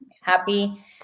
Happy